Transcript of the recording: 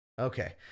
Okay